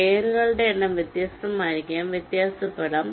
ലെയറുകളുടെ എണ്ണം വ്യത്യസ്തമായിരിക്കാം വ്യത്യാസപ്പെടാം